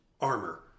armor